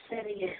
சரிங்க